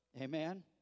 Amen